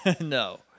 No